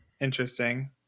Interesting